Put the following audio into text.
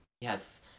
Yes